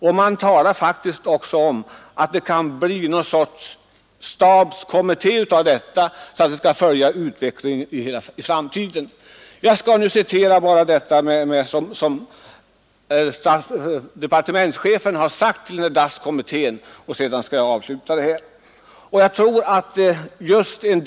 Han antyder faktiskt också att det av detta kan bli något slags stabskommitté, som kan följa utvecklingen i framtiden. Jag skall därför innan jag avslutar mitt anförande citera vad finansministern har uttalat i direktiven till DAS-kommittén.